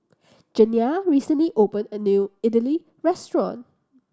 Janiah recently open a new Idili restaurant